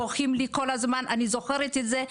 בוכים לי כל הזמן, אני זוכרת את זה.